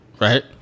Right